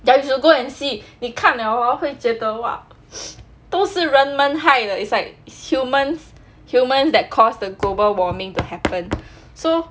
ya you shall go and see 你看了 hor 就会觉得 !wah! 都是人们害的 is like humans human that cause the global warming to happen so